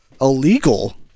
illegal